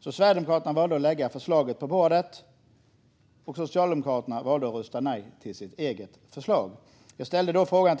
Sverigedemokraterna valde då att lägga fram förslaget på bordet, och Socialdemokraterna valde att rösta nej till sitt eget förslag. Jag ställde då frågan